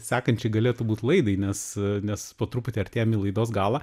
sekančiai galėtų būt laidai nes nes po truputį artėjam į laidos galą